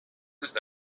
ist